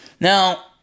Now